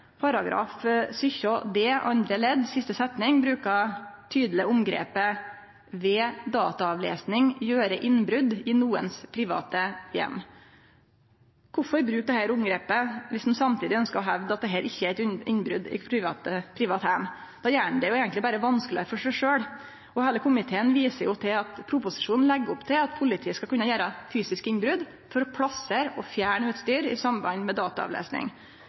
kvarandre. § 17 d andre ledd siste setning bruker tydeleg omgrepet «ved dataavlesing å gjøre innbrudd i noens private hjem». Kvifor bruke dette omgrepet om ein samtidig ønskjer å hevde at dette ikkje er eit innbrot i privatheimar? Då gjer ein det eigentleg berre vanskelegare for seg sjølv. Heile komiteen viser til at proposisjonen legg opp til at politiet skal kunne gjere fysisk innbrot for å plassere og fjerne utstyr i samband med dataavlesing.